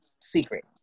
secret